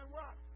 rock